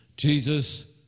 Jesus